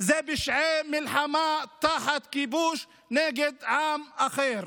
אלו פשעי מלחמה תחת כיבוש נגד עם אחר.